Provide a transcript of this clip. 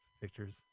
pictures